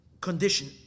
condition